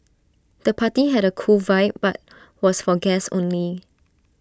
the party had A cool vibe but was for guests only